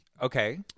Okay